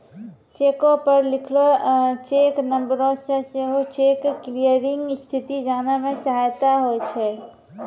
चेको पे लिखलो चेक नंबरो से सेहो चेक क्लियरिंग स्थिति जाने मे सहायता होय छै